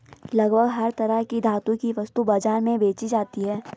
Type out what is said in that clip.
लगभग हर तरह की धातु भी वस्तु बाजार में बेंची जाती है